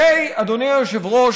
אדוני היושב-ראש,